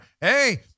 Hey